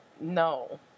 no